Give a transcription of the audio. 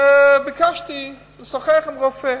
ביקשתי לשוחח עם רופא.